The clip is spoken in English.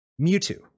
mewtwo